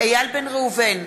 איל בן ראובן,